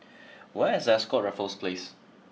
where is Ascott Raffles Place